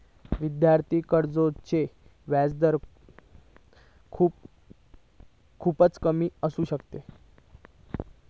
विद्यार्थी कर्जाचो व्याजदर खूपच कमी असू शकता